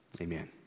Amen